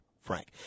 FRANK